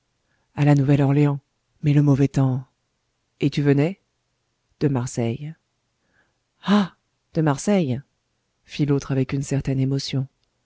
a la nouvelle-orléans mais le mauvais temps et tu venais de marseille ah de marseille fit l'autre avec une certaine émotion